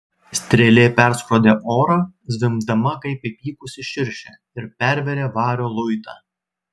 strėlė perskrodė orą zvimbdama kaip įpykusi širšė ir pervėrė vario luitą